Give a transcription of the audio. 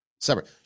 separate